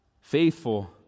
faithful